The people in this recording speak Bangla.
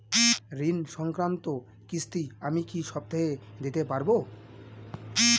ঋণ সংক্রান্ত কিস্তি আমি কি সপ্তাহে দিতে পারবো?